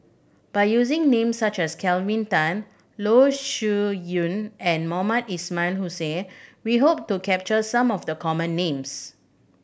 by using names such as Kelvin Tan Loh Yun and Mohamed Ismail Hussain we hope to capture some of the common names